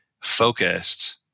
focused